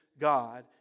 God